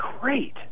great